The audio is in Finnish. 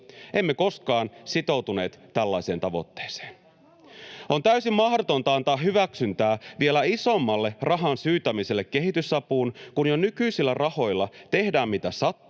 Emme koskaan sitoutuneet tällaiseen tavoitteeseen. On täysin mahdotonta antaa hyväksyntää vielä isommalle rahan syytämiselle kehitysapuun, kun jo nykyisillä rahoilla tehdään, mitä sattuu,